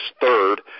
third